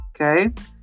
okay